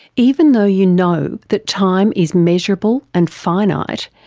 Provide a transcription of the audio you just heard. even though you know that time is measurable and finite,